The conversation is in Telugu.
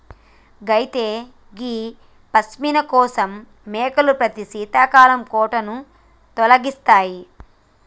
అయితే గీ పష్మిన కోసం మేకలు ప్రతి శీతాకాలం కోటును తొలగిస్తాయి